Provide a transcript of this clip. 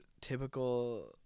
typical